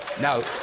now